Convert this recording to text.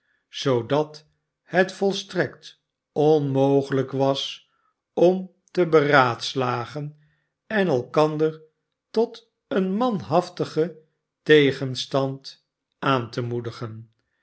zoodat het volstrekt onmogelijk was om te beraadslagen en elkander tot een manhaftigen tegenstand aan te moedigen